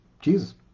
Jesus